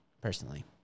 personally